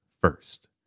first